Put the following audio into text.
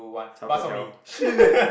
Chao Guo Tiao shit